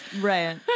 Right